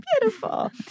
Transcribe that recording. Beautiful